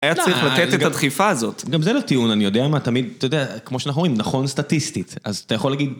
היה צריך לתת את הדחיפה הזאת. גם זה לא טיעון, אני יודע מה, תמיד, אתה יודע, כמו שאנחנו רואים, נכון סטטיסטית. אז אתה יכול להגיד...